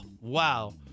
wow